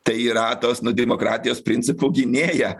tai yra tos nu demokratijos principų gynėja